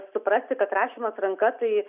suprasti kad rašymas ranka tai